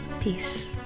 Peace